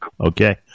okay